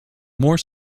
more